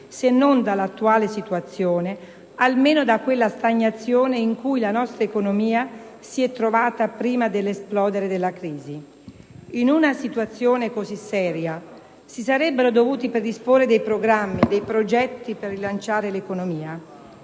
se non dall'attuale situazione, almeno da quella stagnazione in cui la nostra economia si è trovata prima dell'esplodere della crisi. In una situazione così seria si sarebbero dovuti predisporre dei programmi, dei progetti per rilanciare l'economia.